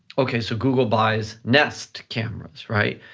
okay, so google buys nest cameras, right?